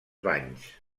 banys